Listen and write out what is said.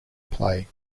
play